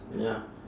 ya